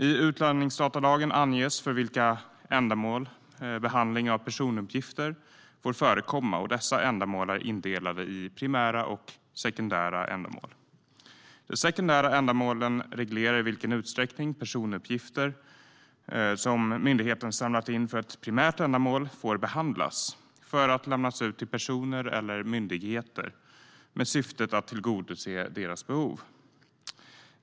I utlänningsdatalagen anges för vilka ändamål behandling av personuppgifter får förekomma, och dessa ändamål är indelade i primära och sekundära ändamål. De sekundära ändamålen reglerar i vilken utsträckning personuppgifter som myndigheten samlat in för ett primärt ändamål får behandlas för att lämnas ut till personer eller myndigheter med syftet att tillgodose deras behov.